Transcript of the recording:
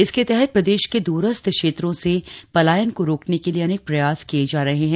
इसके तहत प्रदेश के द्रस्थ क्षेत्रों से पलायन को रोकने के लिए अनेक प्रयास किये जा रहे हैं